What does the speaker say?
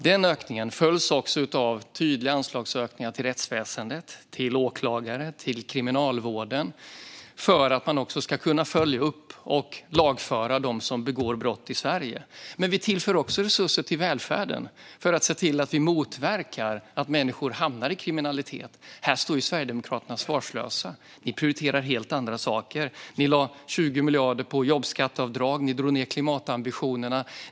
Den ökningen följs också av tydliga anslagsökningar till rättsväsendet, till åklagare och till Kriminalvården för att man ska kunna följa upp och lagföra dem som begår brott i Sverige. Vi tillför också resurser till välfärden för att motverka att människor hamnar i kriminalitet. Här står Sverigedemokraterna svarslösa. Ni prioriterar helt andra saker. Ni lade 20 miljarder på jobbskatteavdrag, och ni drog ned på klimatambitionerna.